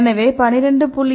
எனவே 12